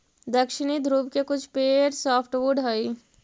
दक्षिणी ध्रुव के कुछ पेड़ सॉफ्टवुड हइ